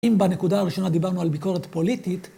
אם בנקודה הראשונה דיברנו על ביקורת פוליטית,